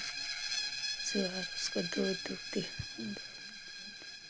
उसको सुबह उसको दूध दुहती हूँ